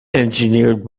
engineered